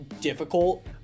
difficult